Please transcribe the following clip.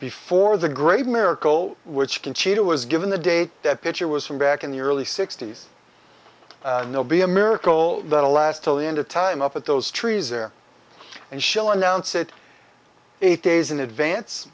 before the great miracle which conchita was given the date that picture was from back in the early sixty's no be a miracle to last till the end of time up at those trees there and show announce it eight days in advance